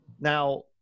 Now